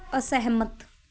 ਅਸਹਿਮਤ